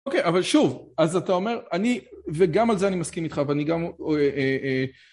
אוקיי אבל שוב אז אתה אומר אני וגם על זה אני מסכים איתך ואני גם אה אה אה...